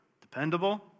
Dependable